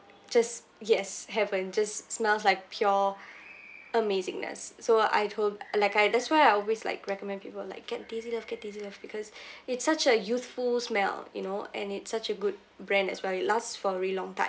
just yes heaven just smells like pure amazingness so I'd hope like I that's why I always like recommend people like get daisy love get daisy love because it's a youthful smell you know and it's such a good brand as well it last for a realy long time